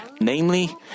namely